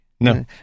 No